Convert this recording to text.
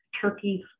Turkey's